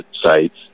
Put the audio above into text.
sites